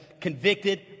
convicted